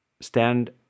Stand